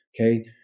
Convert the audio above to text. okay